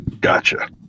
Gotcha